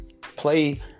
play